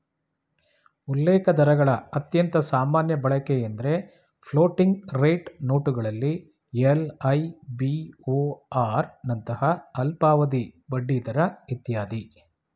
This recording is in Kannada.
ಉಲ್ಲೇಖದರಗಳ ಅತ್ಯಂತ ಸಾಮಾನ್ಯ ಬಳಕೆಎಂದ್ರೆ ಫ್ಲೋಟಿಂಗ್ ರೇಟ್ ನೋಟುಗಳಲ್ಲಿ ಎಲ್.ಐ.ಬಿ.ಓ.ಆರ್ ನಂತಹ ಅಲ್ಪಾವಧಿ ಬಡ್ಡಿದರ ಇತ್ಯಾದಿ